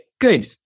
Good